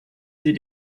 sie